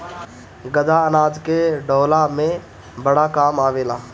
गदहा अनाज के ढोअला में बड़ा काम आवेला